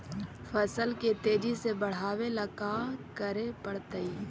फसल के तेजी से बढ़ावेला का करे पड़तई?